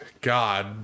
God